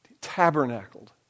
tabernacled